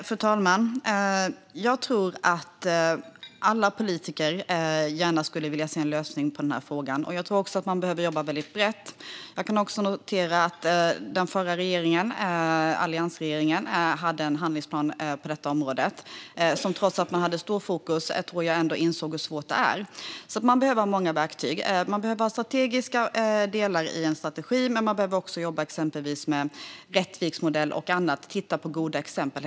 Fru talman! Jag tror att alla politiker gärna skulle vilja se en lösning på den här frågan. Jag tror också att man behöver jobba brett. Jag noterar att den förra regeringen, alliansregeringen, hade en handlingsplan på detta område. Trots att man hade starkt fokus tror jag att man insåg hur svårt det är. Man behöver ha många verktyg. Man behöver ha en strategi med flera delar, men man behöver också jobba med exempelvis Rättviksmodellen och titta på goda exempel.